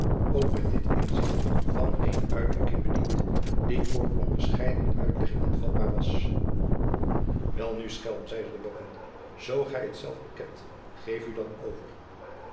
de pleegzoon dit inzicht van eene uitdrukking bediend die voor onderscheidene uitleggingen vatbaar was welnu schelm zeide de baron zoo gij het zelf bekent geef u dan over